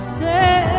say